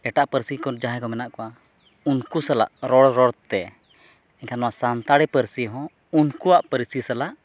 ᱮᱴᱟᱜ ᱯᱟᱹᱨᱥᱤ ᱠᱚ ᱡᱟᱦᱟᱭ ᱫᱚ ᱢᱮᱱᱟᱜ ᱠᱚᱣᱟ ᱩᱱᱠᱩ ᱥᱟᱞᱟᱜ ᱨᱚᱲ ᱨᱚᱲᱛᱮ ᱮᱱᱠᱷᱟᱱ ᱱᱚᱣᱟ ᱥᱟᱱᱛᱟᱲᱤ ᱯᱟᱹᱨᱥᱤ ᱦᱚᱸ ᱩᱱᱠᱩᱣᱟᱜ ᱯᱟᱹᱨᱥᱤ ᱥᱟᱞᱟᱜ